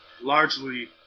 Largely